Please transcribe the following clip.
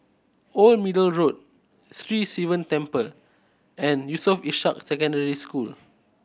Old Middle Road Sri Sivan Temple and Yusof Ishak Secondary School